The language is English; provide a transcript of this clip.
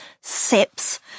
SIPs